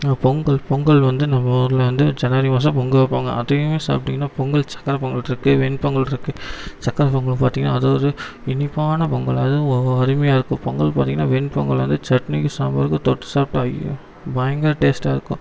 பொங்கல் பொங்கல் வந்து நம்ம ஊரில் வந்து ஜனவரி மாதம் பொங்க வைப்பாங்க அதையுமே சாப்பிடீங்கன்னா பொங்கல் சக்கரைப்பொங்கல் இருக்கு வெண்பொங்கல் இருக்கு சக்கரைப்பொங்கல் பாத்தீங்கன்னா அது ஒரு இனிப்பான பொங்கல் அதுவும் அருமையாக இருக்கும் பொங்கல் பார்த்தீங்கன்னா வெண்பொங்கல் வந்து சட்னிக்கும் சாம்பாருக்கு தொட்டு சாப்பிட்டா ஐயோ பயங்கர டேஸ்ட்டாக இருக்கும்